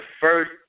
first